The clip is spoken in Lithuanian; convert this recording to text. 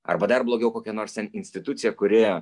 arba dar blogiau kokia nors ten institucija kuri